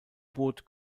boot